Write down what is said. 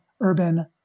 urban